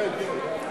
כן, כן.